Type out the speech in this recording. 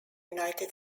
united